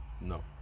no